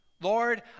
Lord